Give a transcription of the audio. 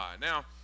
Now